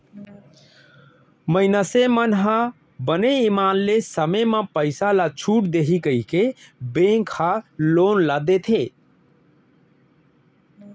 मइनसे मन ह बने ईमान ले समे म पइसा ल छूट देही कहिके बेंक ह लोन ल देथे